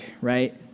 right